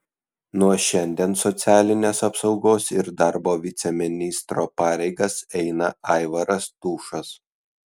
nuo šiandien socialinės apsaugos ir darbo viceministro pareigas eina aivaras tušas